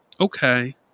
Okay